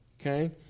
Okay